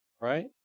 right